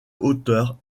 auteur